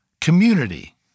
community